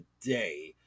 today